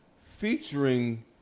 featuring